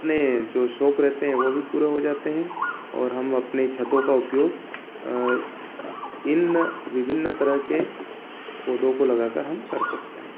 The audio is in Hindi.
अपने जो शौक रहते हैं वो भी पूरे हो जाते हैं और हम अपने छतों का उपयोग इन विभिन्न तरह के पौधों को लगाकर हम कर सकते हैं